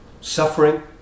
suffering